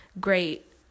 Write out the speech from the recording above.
great